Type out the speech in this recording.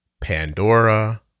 Pandora